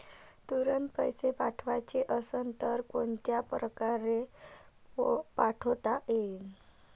तुरंत पैसे पाठवाचे असन तर कोनच्या परकारे पाठोता येईन?